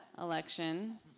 election